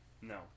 No